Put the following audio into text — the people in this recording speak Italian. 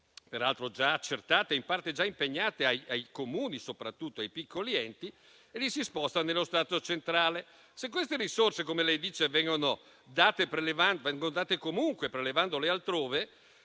peraltro già accertate e in parte già impegnate, ai Comuni, soprattutto ai piccoli enti, e le si sposta nello Stato centrale. Se queste risorse - come lei dice - vengono date comunque prelevandole altrove,